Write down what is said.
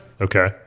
Okay